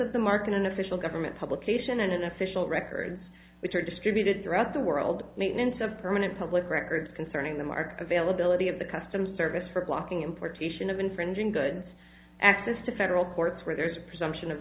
of the mark in an official government publication and an official records which are distributed throughout the world maintenance of permanent public records concerning the mark of ale ability of the customs service for blocking importation of infringing goods access to federal courts where there is a presumption of